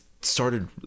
started